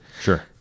sure